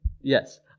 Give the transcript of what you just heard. Yes